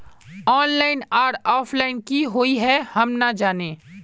Online आर offline की हुई है हम ना जाने?